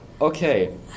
Okay